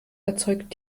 erzeugt